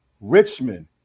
Richmond